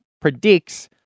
predicts